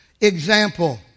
Example